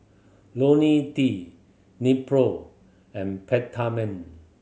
Ionil T Nepro and Peptamen